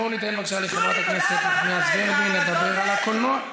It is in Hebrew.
בואו ניתן לחברת הכנסת נחמיאס ורבין לדבר על הקולנוע.